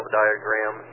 diagram